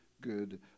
good